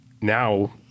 now